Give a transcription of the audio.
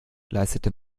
leistete